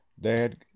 Dad